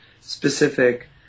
specific